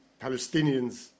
Palestinians